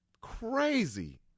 Crazy